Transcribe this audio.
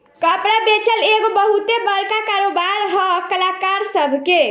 कपड़ा बेचल एगो बहुते बड़का कारोबार है कलाकार सभ के